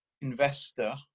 investor